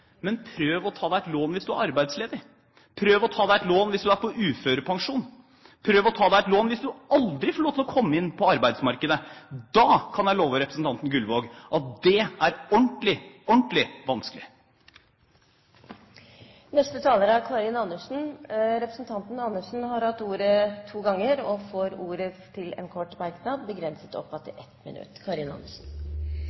men prøv å ta opp et lån hvis du er arbeidsledig, prøv å ta opp et lån hvis du er på uførepensjon, prøv å ta opp et lån hvis du aldri får lov til å komme inn på arbeidsmarkedet. Jeg kan love representanten Gullvåg at dét er ordentlig, ordentlig vanskelig! Karin Andersen hatt ordet to ganger og får ordet til en kort merknad, begrenset til